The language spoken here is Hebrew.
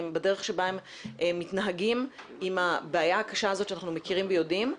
בדרך שבה הם מתנהגים עם הבעיה הקשה הזאת שאנחנו מכירים ויודעים.